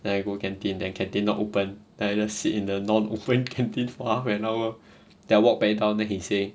then I go canteen then canteen not open then I just sit in the non open canteen for half an hour then I walked back down then he say